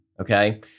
Okay